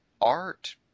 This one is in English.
art